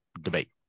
debate